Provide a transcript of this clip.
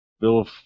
Bill